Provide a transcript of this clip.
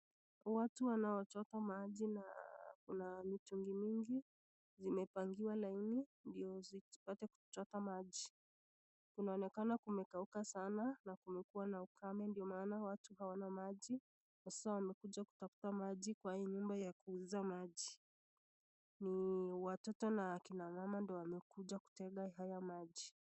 Watu wanaochota maji na kuna mitungi mingi zimepangiwa laini ndio zipate kuchota maji , kunaonekana kumekauka sana na kumekuwa na ukame ndio maana watu hawana maji haswa wamekuja kutafuta maji kwa hii nyumba ya kuuza maji ni watoto na akina mama ndio wamekuja kutega haya maji.